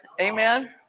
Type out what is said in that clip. Amen